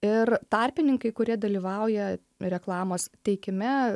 ir tarpininkai kurie dalyvauja reklamos teikime